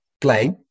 play